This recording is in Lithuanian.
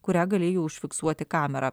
kurią galėjo užfiksuoti kamera